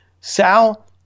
sal